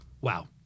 wow